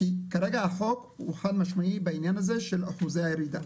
כרגע החוק חד משמעי בעניין הזה של אחוזי הירידה.